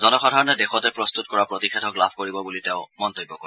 জনসাধাৰণে দেশতে প্ৰস্তুত কৰা প্ৰতিষেধক লাভ কৰিব বুলি তেওঁ মন্তব্য কৰে